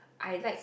I like